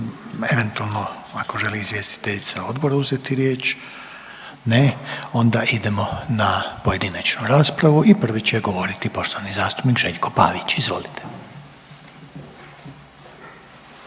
eventualno ako želi izvjestiteljica odbora uzeti riječ? Ne. Onda idemo na pojedinačnu raspravu i prvi će govoriti poštovani zastupnik Željko Pavić. Izvolite.